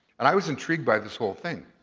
and i was intrigued by this whole thing.